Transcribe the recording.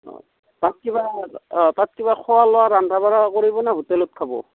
অঁ তাত কিবা অঁ তাত কিবা খোৱা লোৱা ৰন্ধা বঢ়া কৰিব ন হোটেলত খাব